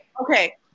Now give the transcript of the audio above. Okay